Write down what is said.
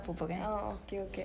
ah okay okay